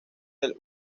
del